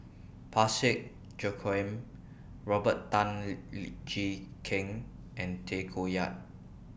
Parsick Joaquim Robert Tan Jee Keng and Tay Koh Yat